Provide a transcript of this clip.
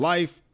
Life